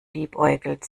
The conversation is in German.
liebäugelt